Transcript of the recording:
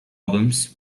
albums